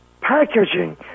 packaging